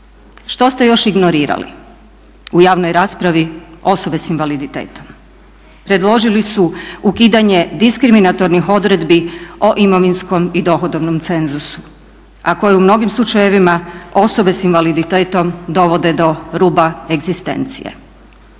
Što ste još ignorirali u javnoj raspravi? Osobe s invaliditetom. Predložili su ukidanje diskriminatornih odredbi o imovinskom i dohodovnom cenzusu, a koje u mnogim slučajevima osobe s invaliditetom dovode do ruba egzistencije.